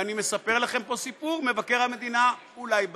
ואני מספר לכם פה סיפור, מבקר המדינה אולי בדק,